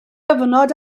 gyfnod